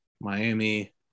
Miami